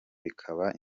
bikaba